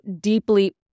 deeply